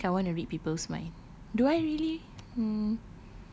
I think I want to read people's mind do I really hmm